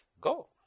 Go